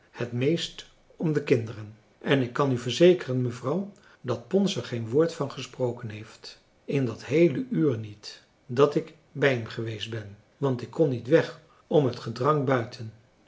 het meest om de kinderen en ik kan u verzekeren mevrouw dat pons er geen woord van gesproken heeft in dat heele uur niet dat ik bij hem geweest ben want ik kon niet weg om het gedrang buiten